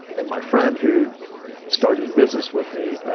and my friend who started the business with me,